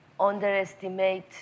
underestimate